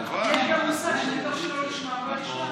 אבל יש גם מושג שמתוך שלא לשמה בא לשמה.